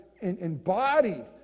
embodied